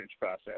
process